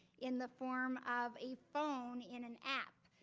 in the form of a phone, in an app,